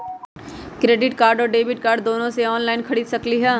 Credit card और debit card दोनों से ऑनलाइन खरीद सकली ह?